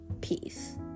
peace